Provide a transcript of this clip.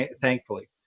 thankfully